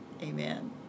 Amen